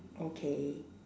okay